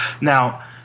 Now